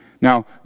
Now